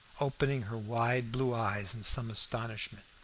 opening her wide blue eyes in some astonishment.